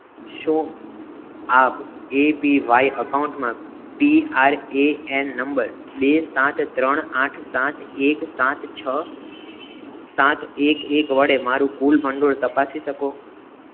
શું આપ A P Y અકાઉન્ટમાં P R A N number બે સાત ત્રણ આઠ સાત એક સાત છ સાત એક એક વડે મારું કુલ ભંડોળ તપાસી શકો